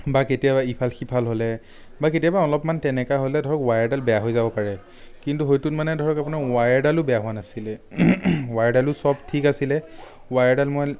বা কেতিয়াবা ইফাল সিফাল হ'লে বা কেতিয়াবা অলপমান তেনেকুৱা হ'লে ধৰক ৱায়াৰডাল বেয়া হৈ যাব পাৰে কিন্তু সৈটোত মানে ধৰক আপোনাৰ ৱায়াৰডালো বেয়া হোৱা নাছিলে ৱায়াৰডালো চব ঠিক আছিলে ৱায়াৰডাল মই